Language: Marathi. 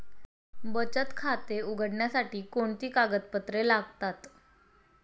बचत खाते उघडण्यासाठी कोणती कागदपत्रे लागतात?